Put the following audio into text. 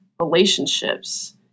relationships